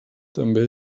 també